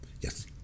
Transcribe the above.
Yes